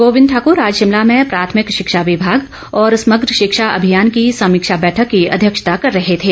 गोविंद ठाक्र आज शिमला में प्राथमिक शिक्षा विभाग और समग्र शिक्षा अभियान की समीक्षा बैठक की अध्यक्षता कर रहे थे